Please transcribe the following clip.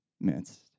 midst